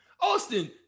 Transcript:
Austin